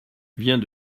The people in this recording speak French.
vient